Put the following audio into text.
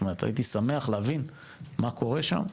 זאת אומרת, הייתי שמח להבין מה קורה שם.